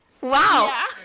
Wow